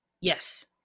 Yes